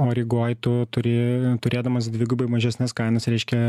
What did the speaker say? o rygoj tu turi turėdamas dvigubai mažesnes kainas reiškia